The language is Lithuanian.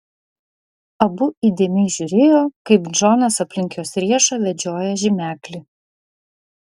abu įdėmiai žiūrėjo kaip džonas aplink jos riešą vedžioja žymeklį